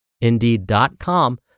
indeed.com